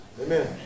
Amen